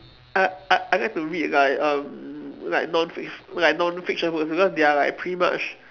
I I I like to read like um like non fic~ like non-fiction books because they are like pretty much